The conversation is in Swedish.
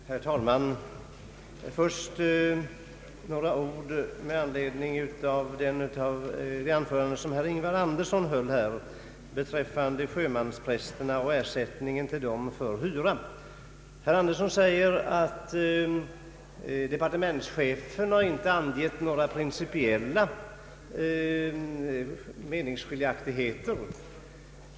Herr talman! Låt mig först säga några ord med anledning av det anförande som herr Ingvar Andersson höll beträffande sjömansprästerna och ersättningen till dem för hyra. Han omtalade att departementschefen inte har anfört några principiella meningsskiljaktigheter.